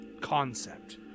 concept